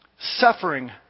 suffering